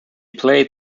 played